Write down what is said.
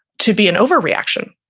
to be an overreaction.